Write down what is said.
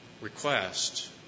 request